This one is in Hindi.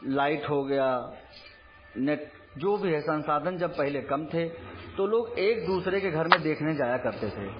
लाइट हो गया नेट जो भी है संसाधन जब पहले कम थे तो लोग एक दूसरे के घर में देखने जाया करते थे